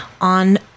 on